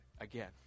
again